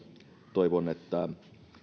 toivon että